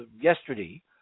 yesterday